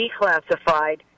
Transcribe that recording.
declassified